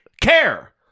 care